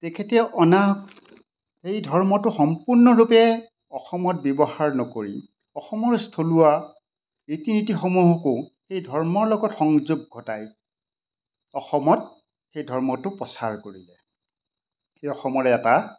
তেখেতে অনা সেই ধৰ্মটো সম্পূৰ্ণৰূপে অসমত ব্যৱহাৰ নকৰি অসমৰ স্থলুৱা ৰীতি নীতিসমূহকো সেই ধৰ্মৰ লগত সংযোগ ঘটাই অসমত সেই ধৰ্মটো প্ৰচাৰ কৰিলে সেই অসমৰে এটা